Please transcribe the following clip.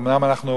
אומנם אנחנו,